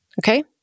Okay